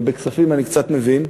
ובכספים אני קצת מבין,